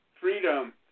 freedom